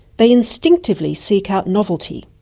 they instinctively seek out novelty.